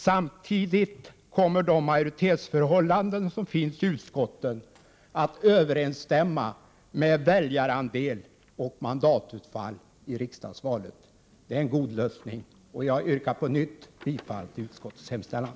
Samtidigt kommer de majoritetsförhållanden som finns i utskotten att överensstämma med väljarandel och mandatutfall i riksdagsvalet. Det är en god lösning. Jag yrkar på nytt bifall till utskottets hemställan.